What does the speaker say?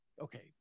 okay